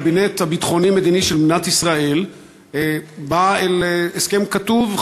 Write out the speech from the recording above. הקבינט הביטחוני-מדיני של מדינת ישראל בא אל הסכם כתוב,